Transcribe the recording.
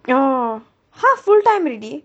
oh !huh! full time already